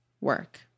work